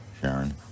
Sharon